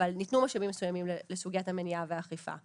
אבל ניתנו משאבים מסוימים לסוגיית המניעה והאכיפה.